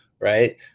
right